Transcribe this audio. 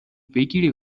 بگیری